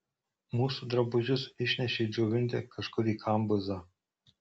mūsų drabužius išnešė džiovinti kažkur į kambuzą